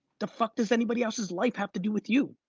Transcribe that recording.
the fuck does anybody else's life have to do with you?